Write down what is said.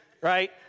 right